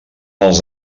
els